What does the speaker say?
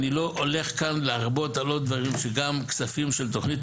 אני לא הולך כאן להרבות על עוד דברים שגם כספים של תוכנית